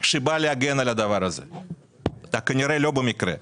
שבא להגן על החוק הזה וזה כנראה לא במקרה.